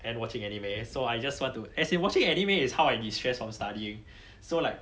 and watching anime so I just want to as in watching anime is how I de stress from studying so like